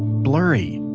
blurry.